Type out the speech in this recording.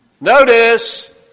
Notice